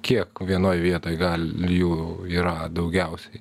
kiek vienoj vietoj gali jų yra daugiausiai